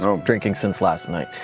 um drinking since last night.